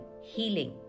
healing